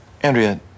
Andrea